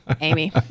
Amy